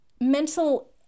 Mental